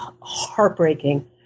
heartbreaking